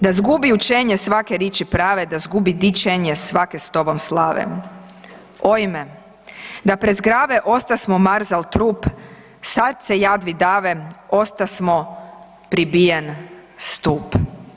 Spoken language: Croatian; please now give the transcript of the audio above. Da zgubi učenje svake riči prave, da zgubi dičenje svake s tom slave, ojme da prezgrave ostasmo marzal trup sad se jadvi dave ostasmo pribijen stup.